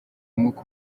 umwuka